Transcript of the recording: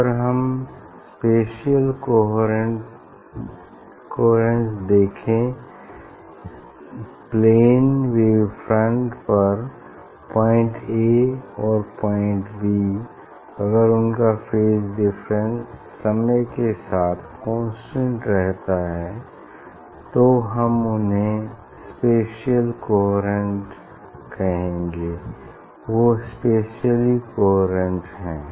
अगर हम spatial coherence देखे प्लेन वेव फ्रंट पर पॉइंट ए और बी अगर उनका फेज डिफरेंस समय के साथ कांस्टेंट रहता है तो हम उन्हें स्पेसिअल कोहेरेंट कहेंगे वो स्पेसिअली कोहेरेंट हैं